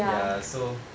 ya so